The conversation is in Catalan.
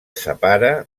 separa